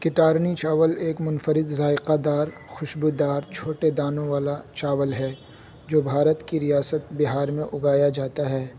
کٹارنی چاول ایک منفرد ذائقہ دار خوشبودار چھوٹے دانوں والا چاول ہے جو بھارت کی ریاست بہار میں اگایا جاتا ہے